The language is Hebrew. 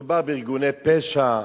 מדובר בארגוני פשע,